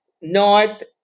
north